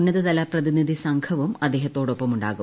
ഉന്നതതല പ്രതിനിധി സംഘവും അദ്ദേഹത്തോടൊപ്പമുണ്ടാകും